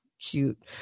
cute